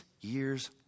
years